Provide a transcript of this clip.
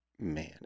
Man